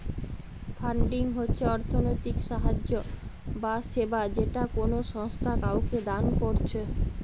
funding হচ্ছে অর্থনৈতিক সাহায্য বা সেবা যেটা কোনো সংস্থা কাওকে দান কোরছে